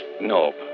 Nope